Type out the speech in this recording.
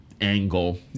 angle